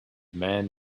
men